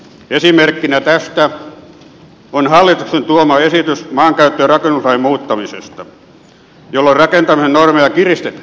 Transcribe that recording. esimerkkinä tästä on hallituksen tuoma esitys maankäyttö ja rakennuslain muuttamisesta jolloin rakentamisen normeja kiristettäisiin